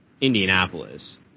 Indianapolis